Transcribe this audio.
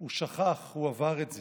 הוא שכח, הוא עבר את זה.